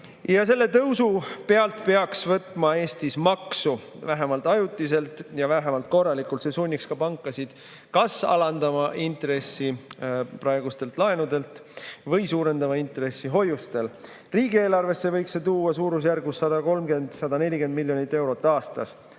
Selle tõusu pealt peaks võtma Eestis maksu, vähemalt ajutiselt ja vähemalt korralikult. See sunniks pankasid kas alandama praeguste laenude intressi või suurendama hoiuste intressi. Riigieelarvesse võiks see tuua suurusjärgus 130–140 miljonit eurot aastas.